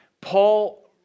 Paul